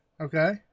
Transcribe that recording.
Okay